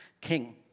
king